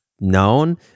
known